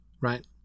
right